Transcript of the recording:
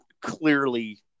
clearly